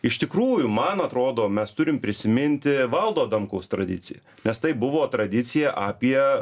iš tikrųjų man atrodo mes turim prisiminti valdo adamkaus tradiciją nes tai buvo tradicija apie